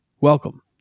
Welcome